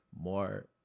more